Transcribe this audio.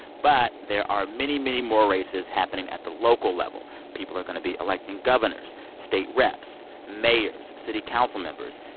but there are many, many more races happening at the local level. people are going to be electing governors, state reps, mayors, city council members.